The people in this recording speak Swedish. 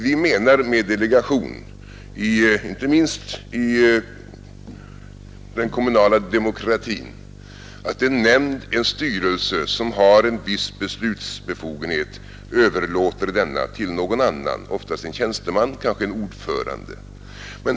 Vi menar med delegation, inte minst i den kommunala styrelsen, att en nämnd eller en styrelse som har en viss beslutsbefogenhet överlåter denna till någon annan, oftast en tjänsteman, kanske en ordförande.